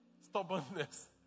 stubbornness